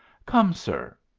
come, sir.